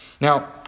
now